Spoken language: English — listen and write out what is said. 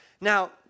Now